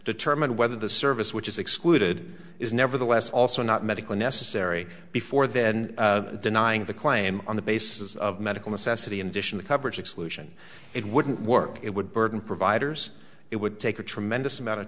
determine whether the service which is excluded is nevertheless also not medically necessary before then denying the claim on the basis of medical necessity in addition to coverage exclusion it wouldn't work it would burden providers it would take a tremendous amount of